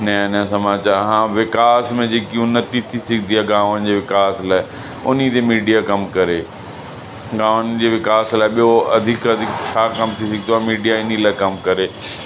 नयां नयां समाचार हा विकास में जेकी उन्नति ती थी आहे गांव जे विकास लाइ उन ते मीडिया कम करे गांवनि जे विकास लाइ ॿियो अधिक अधिक छा कमु थी चुको आहे मीडिया इन लाइ कम करे